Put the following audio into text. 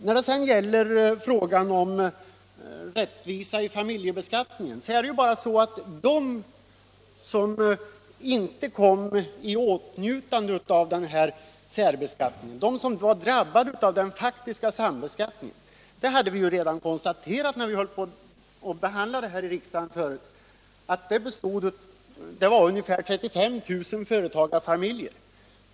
När det sedan gäller frågan om rättvisa i familjebeskattningen är det ju bara så att det fanns människor som inte kom i åtnjutande av särbeskattningen utan drabbades av den faktiska sambeskattningen. Vi konstaterade när frågan behandlades i riksdagen att den gruppen utgjordes av ungefär 35 000 företagarfamiljer.